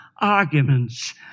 arguments